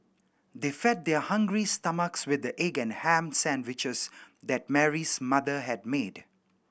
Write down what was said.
they fed their hungry stomachs with the egg and ham sandwiches that Mary's mother had made